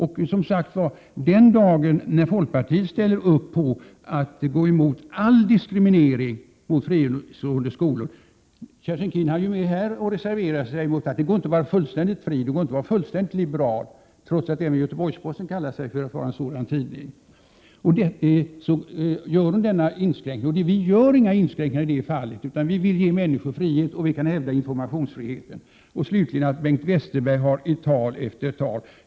Vi vill uppleva den dagen när folkpartiet ställer upp på att gå emot all diskriminering av fristående skolor. Kerstin Keen hann ju med här att reservera sig mot detta och säga att det inte går att vara fullständigt fri och fullständigt liberal, detta trots att även Göteborgs-Posten utger sig för att Prot. 1987/88:123 vara en sådan liberal tidning. Vi gör inga inskränkningar i detta fall, utan vi 19 maj 1988 vill ge människor frihet och vi vill hävda informationsfriheten. Jag vill slutligen kommentera detta om att Bengt Westerberg i tal efter tal har redogjort för denna fråga.